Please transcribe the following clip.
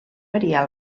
variar